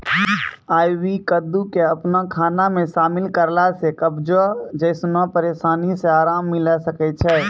आइ.वी कद्दू के अपनो खाना मे शामिल करला से कब्जो जैसनो परेशानी से अराम मिलै सकै छै